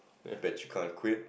bet you can't quit